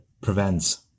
prevents